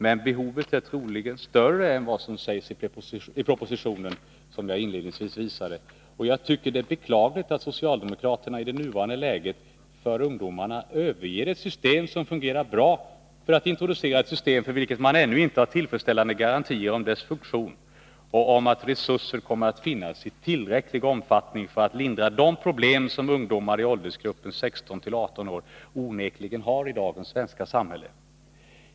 Men behovet är troligen större än vad som anges i propositionen, som jag inledningsvis visade, och jag tycker det är beklagligt att socialdemokraterna i det nuvarande läget överger ett system som fungerar bra för ungdomarna för att introducera ett system, för vilket man ännu inte har tillfredsställande garantier om dess funktion och om resurser kommer att finnas i tillräcklig omfattning för att lindra de problem som ungdomar i åldersgruppen 16-18 år onekligen har i dagens svenska samhälle.